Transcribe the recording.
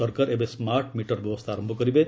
ସରକାର ଏବେ smart meter ବ୍ୟବସ୍ଥା ଆରମ୍ଭ କରିବେ